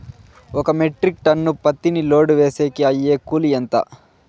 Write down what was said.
ఒక metric ton పత్తిని load వేసేకి అయ్యే కూలి ఎంత?